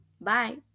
Bye